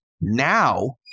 now